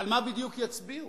על מה בדיוק יצביעו?